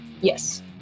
Yes